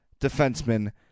defenseman